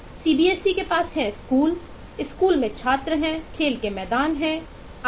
CBSE के पास है स्कूल स्कूलों में छात्र हैं खेल के मैदान हैं आदि